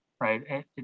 right